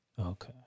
Okay